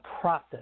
process